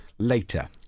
Later